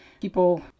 people